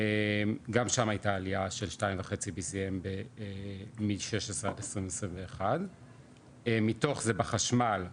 גם שמה הייתה עלייה של 2.5 BCM מ- 2016 עד 2021. מתוך זה בחשמל,